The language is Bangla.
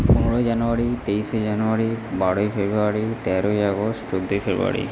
পনেরোই জানুয়ারি তেইশে জানুয়ারি বারোই ফেব্রুয়ারি তেরোই আগস্ট চোদ্দোই ফেব্রুয়ারি